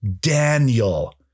Daniel